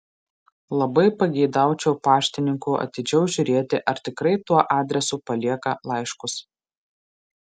labai pageidaučiau paštininkų atidžiau žiūrėti ar tikrai tuo adresu palieka laiškus